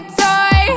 toy